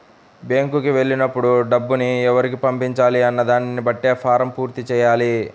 బ్యేంకుకి వెళ్ళినప్పుడు డబ్బుని ఎవరికి పంపించాలి అన్న దానిని బట్టే ఫారమ్ పూర్తి చెయ్యాలి